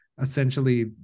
essentially